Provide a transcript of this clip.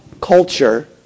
culture